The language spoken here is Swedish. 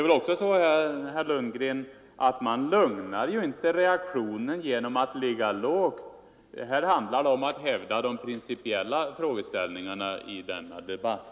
Vidare lugnar man inte reaktionen, herr Lundgren, genom att ligga lågt. Här handlar det om att hävda de principiella frågeställningarna i denna debatt.